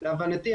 להבנתי,